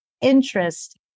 interest